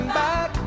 back